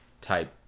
type